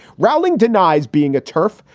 rowling denies being a turf.